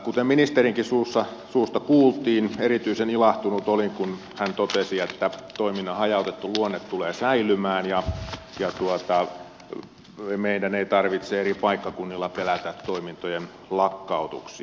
kuten ministerinkin suusta kuultiin erityisen ilahtunut olin kun hän näin totesi toiminnan hajautettu luonne tulee säilymään ja meidän ei tarvitse eri paikkakunnilla pelätä toimintojen lakkautuksia